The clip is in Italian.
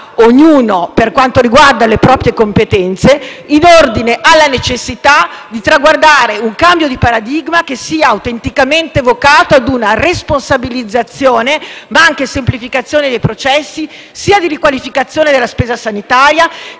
ognuno per quanto riguarda le proprie competenze, è necessario infatti traguardare un cambio di paradigma che sia autenticamente vocato ad una responsabilizzazione, ma anche ad una semplificazione dei processi sia di riqualificazione della spesa sanitaria,